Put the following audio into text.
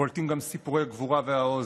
בולטים גם סיפורי הגבורה והעוז.